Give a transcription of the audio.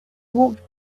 walked